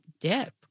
dip